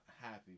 happy